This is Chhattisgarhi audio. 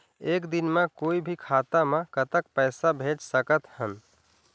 एक दिन म कोई भी खाता मा कतक पैसा भेज सकत हन?